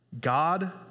God